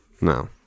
No